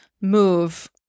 move